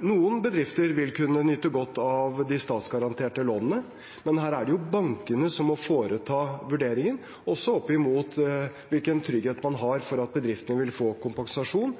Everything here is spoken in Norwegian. Noen bedrifter vil kunne nyte godt av de statsgaranterte lånene, men det er jo bankene som må foreta vurderinger, også opp mot hvilken trygghet man har for at bedriftene vil få kompensasjon